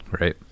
right